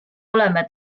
oleme